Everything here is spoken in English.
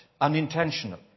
unintentional